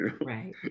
Right